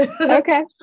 Okay